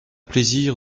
plaisir